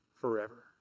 forever